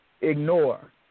ignore